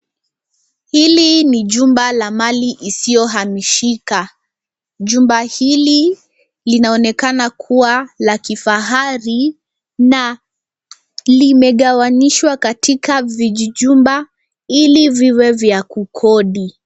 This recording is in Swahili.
Hili ni jumba la mali isiyohamishika. Jumba hili linaonekana kuwa la kifahari na limegawanishwa katika vijijumba ili viwe vya kukodi.